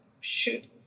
shoot